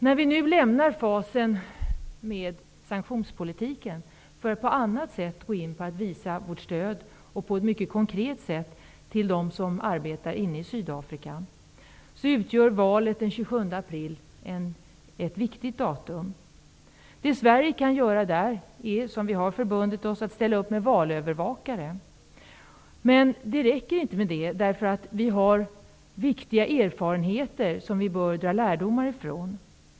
När vi nu lämnar fasen med sanktionspolitiken för att på ett annat mycket konkret sätt visa vårt stöd för dem som arbetar inne i Sydafrika, utgör valet den 27 april ett viktigt datum. Där kan Sverige, som vi förbundit oss att göra, ställa upp med valövervakare. Men det räcker inte. Vi har viktiga erfarenheter som vi bör dra lärdomar av.